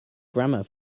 grammar